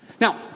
Now